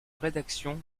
rédaction